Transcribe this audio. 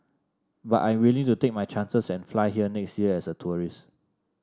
but I'm willing to take my chances and fly here next year as a tourist